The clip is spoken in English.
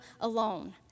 alone